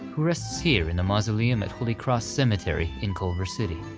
who rests here in the mausoleum at holy cross cemetery in culver city.